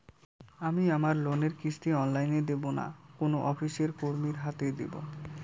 আমি আমার লোনের কিস্তি অনলাইন দেবো না কোনো অফিসের কর্মীর হাতে দেবো?